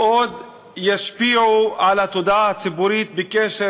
שעוד ישפיעו על התודעה הציבורית בקשר